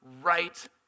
right